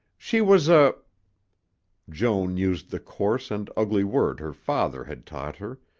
she was a joan used the coarse and ugly word her father had taught her,